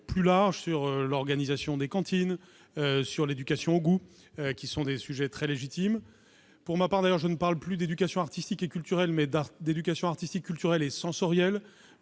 plus larges, tels que l'organisation des cantines ou l'éducation au goût, sujets eux aussi très légitimes. Pour ma part, je parle non plus d'éducation artistique et culturelle, mais d'éducation artistique, culturelle et sensorielle,